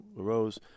arose